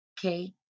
Okay